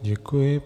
Děkuji.